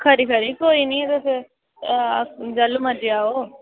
खरी खरी कोई निं तुस जैह्ल्लूं मर्जी आओ